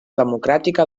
democràtica